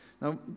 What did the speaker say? Now